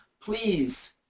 please